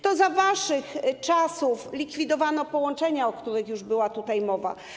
To za waszych czasów likwidowano połączenia, o których już była tutaj mowa.